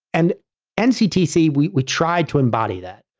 and nctc, we we tried to embody that.